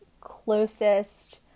closest